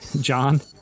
John